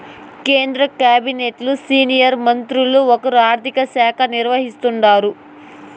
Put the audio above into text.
కేంద్ర కాబినెట్లు సీనియర్ మంత్రుల్ల ఒకరు ఆర్థిక శాఖ నిర్వహిస్తాండారు